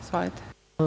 Izvolite.